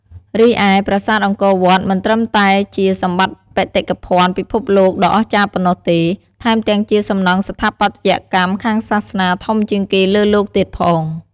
រីឯ ប្រាសាទអង្គរវត្ត មិនត្រឹមតែជាសម្បត្តិបេតិកភណ្ឌពិភពលោកដ៏អស្ចារ្យប៉ុណ្ណោះទេ ថែមទាំងជាសំណង់ស្ថាបត្យកម្មខាងសាសនាធំជាងគេលើលោកទៀតផង។